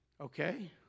Okay